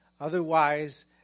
Otherwise